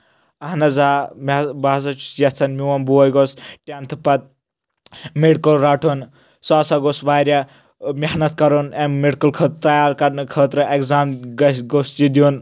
اہن حظ آ مےٚ بہٕ ہسا چھُس یژھان میون بوے گوٚژھ ٹؠنتھٕ پتہٕ میڈکل رَٹُن سُہ ہسا گوٚژھ واریاہ محنت کرُن اَمہِ میڈکل خٲطرٕ تیار کرنہٕ خٲطرٕ اؠگزام گژھِ گوٚژھ یہِ دیُن